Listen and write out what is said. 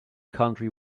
country